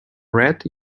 red